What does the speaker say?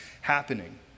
happening